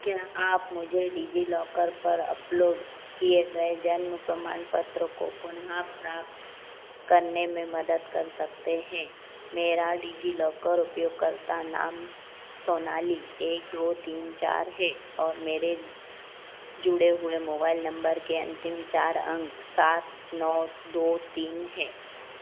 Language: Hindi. क्या आप मुझे डिज़िलॉकर पर अपलोड किए गए जन्म प्रमाणपत्र को पुनः प्राप्त करने में मदद कर सकते हैं मेरा डिज़िलॉकर उपयोगकर्ता नाम सोनाली एक दो तीन चार है और मेरे जुड़े हुए मोबाइल नम्बर के अन्तिम चार अंक सात नौ दो तीन है